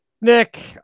Nick